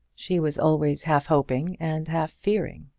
she was always half hoping and half fearing!